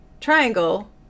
triangle